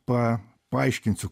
pa paaiškinsiu